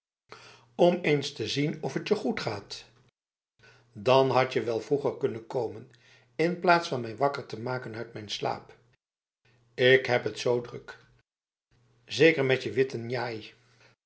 om eens te zien of het je goed gaatf dan had je wel vroeger kunnen komen in plaats van mij wakker te maken uit mijn slaap ik heb het zo druk zeker met je witte njai